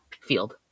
Field